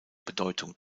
bedeutung